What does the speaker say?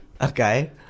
Okay